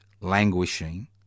languishing